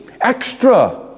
extra